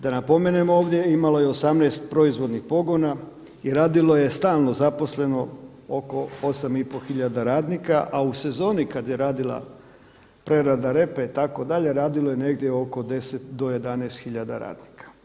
Da napomenem ovdje, imalo je 18 proizvodnih pogona i radilo je stalno zaposleno oko 8 i pol hiljada radnika, a u sezoni kada je radila prerada repe itd. radilo je negdje oko 10 do 11 hiljada radnika.